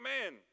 amen